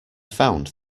found